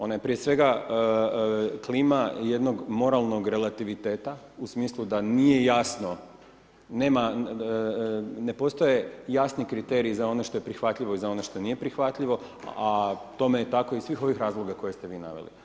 Ona je prije svega klima jednog moralnog relativiteta, u smislu da nije jasno, nema, ne postoje jasni kriterij za ono što je prihvatljivo i za ono što nije prihvatljivo, a tome je tako iz svih ovih razloga koje ste vi naveli.